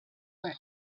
for